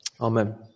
Amen